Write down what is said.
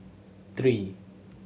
three